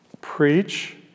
Preach